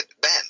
Ben